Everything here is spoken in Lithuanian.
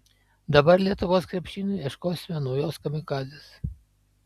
dabar lietuvos krepšiniui ieškosime naujos kamikadzės